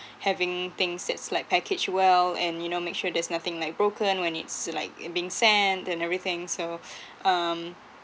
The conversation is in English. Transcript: having things that's like packaged well and you know make sure there's nothing like broken when it's like being sent and everything so um